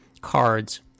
cards